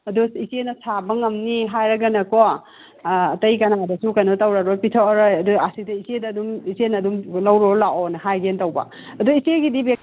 ꯑꯗꯣ ꯏꯆꯦꯅ ꯁꯥꯕ ꯉꯝꯅꯤ ꯍꯥꯏꯔꯒꯅꯀꯣ ꯑꯇꯩ ꯀꯅꯥꯗꯁꯨ ꯀꯩꯅꯣ ꯇꯧꯔꯔꯣꯏ ꯄꯤꯊꯣꯛ ꯑꯔꯣꯏ ꯑꯗꯨ ꯑꯁꯤꯗ ꯏꯆꯦꯗ ꯑꯗꯨꯝ ꯏꯆꯦꯅ ꯑꯗꯨꯝ ꯂꯧꯔꯨ ꯂꯥꯛꯑꯣꯅ ꯍꯥꯏꯒꯦ ꯇꯧꯕ ꯑꯗꯨ ꯏꯆꯦꯒꯤꯗꯤ ꯕꯦꯛ